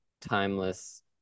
timeless